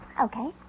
Okay